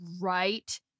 right